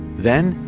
then,